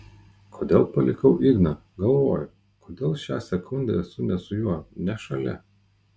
kodėl palikau igną galvoju kodėl šią sekundę esu ne su juo ne šalia